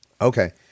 Okay